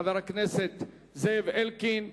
חבר הכנסת זאב אלקין.